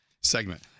segment